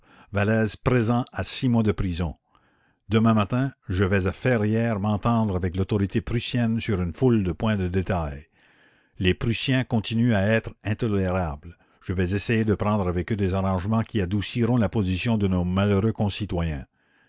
vallès présent à six mois de prison demain matin je vais à ferrière m'entendre avec l'autorité prussienne sur une foule de points de détail les prussiens continuent à être intolérables je vais essayer de prendre avec eux des arrangements qui adouciront la position de nos malheureux concitoyens